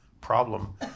problem